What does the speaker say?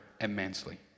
immensely